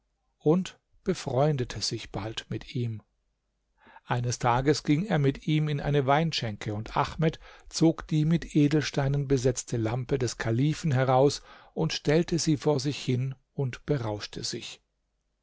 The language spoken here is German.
und befreundete sich bald mit ihm eines tages ging er mit ihm in eine weinschenke und ahmed zog die mit edelsteinen besetzte lampe des kalifen heraus und stellte sie vor sich hin und berauschte sich